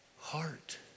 Heart